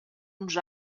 uns